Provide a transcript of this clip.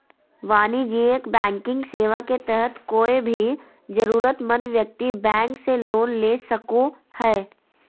वाणिज्यिक बैंकिंग सेवा के तहत कोय भी जरूरतमंद व्यक्ति बैंक से लोन ले सको हय